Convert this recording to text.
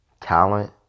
talent